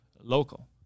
local